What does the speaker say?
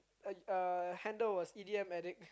uh uh handle was E_D_M addict